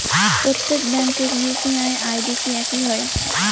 প্রত্যেক ব্যাংকের UPI ID কি একই হয়?